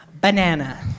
Banana